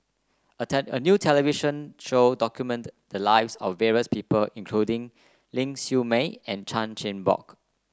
a tend a new television show documented the lives of various people including Ling Siew May and Chan Chin Bock